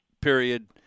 period